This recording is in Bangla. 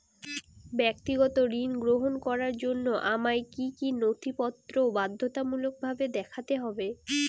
ব্যক্তিগত ঋণ গ্রহণ করার জন্য আমায় কি কী নথিপত্র বাধ্যতামূলকভাবে দেখাতে হবে?